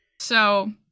So-